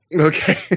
okay